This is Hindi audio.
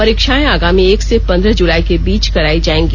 परीक्षाएं आगामी एक से पन्द्रह जुलाई के बीच कराई जाएगी